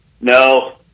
No